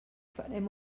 farem